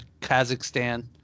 Kazakhstan